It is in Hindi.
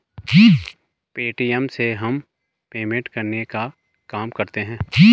पे.टी.एम से हम पेमेंट करने का काम करते है